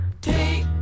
Take